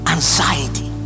Anxiety